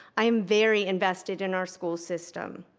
i am very invested in our school system.